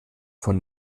von